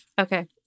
okay